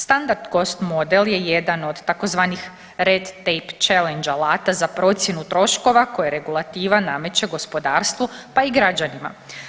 Standard Cost Model je jedan od tzv. reed type challenge alata za procjenu troškova koje regulativa nameće gospodarstvu pa i građanima.